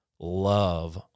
love